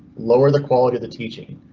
lower the quality of the teaching.